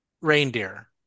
reindeer